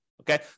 Okay